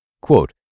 Quote